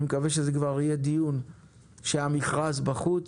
אני מקווה שזה יהיה דיון שהמכרז בחוץ.